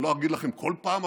אני לא אגיד לכם "בכל פעם",